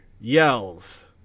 yells